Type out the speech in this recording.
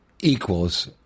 equals